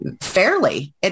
fairly